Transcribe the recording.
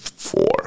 Four